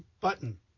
button